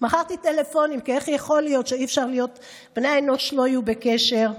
מכרתי טלפונים כי איך יכול להיות שאי-אפשר שבני האנוש לא יהיו בקשר.